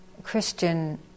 Christian